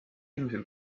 eelmisel